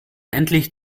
endlich